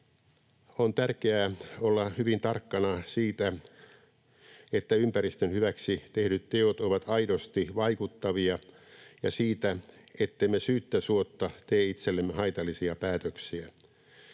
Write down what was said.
On tärkeää olla hyvin tarkkana siitä, että ympäristön hyväksi tehdyt teot ovat aidosti vaikuttavia, ja siitä, ettemme syyttä suotta tee itsellemme haitallisia päätöksiä.